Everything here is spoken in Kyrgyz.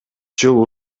жыл